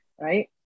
Right